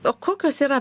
o kokios yra